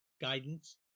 guidance